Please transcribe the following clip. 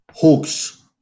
hooks